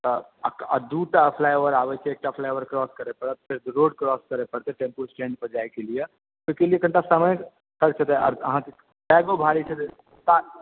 तऽ आ दूटा फ्लाइओवर आबै छै एकटा फ्लाइओवर क्रॉस करऽ परतै फेर रोड क्रॉस करऽ परतै टेम्पू स्टैण्ड पर जाय के लिए ओहिके लिए कनिटा समय खर्च हेतै आओर अहाँके बैगो भारी छै तऽ साथ